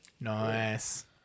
Nice